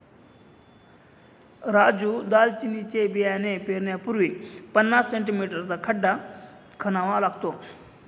राजू दालचिनीचे बियाणे पेरण्यापूर्वी पन्नास सें.मी चा खड्डा खणावा लागतो